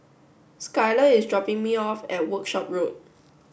Skylar is dropping me off at Workshop Road